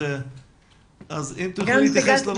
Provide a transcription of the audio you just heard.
אז אם תוכלי להתייחס לנושאים.